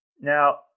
Now